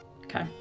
Okay